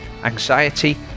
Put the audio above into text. anxiety